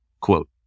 quote